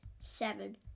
seven